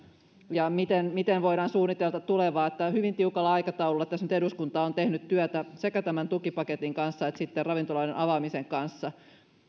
ja siitä miten voidaan suunnitella tulevaa eli hyvin tiukalla aikataululla tässä nyt eduskunta on tehnyt työtä sekä tämän tukipaketin kanssa että sitten ravintoloiden avaamisen kanssa